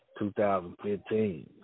2015